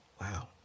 Wow